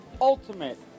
Ultimate